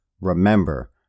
Remember